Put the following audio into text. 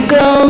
go